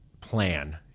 plan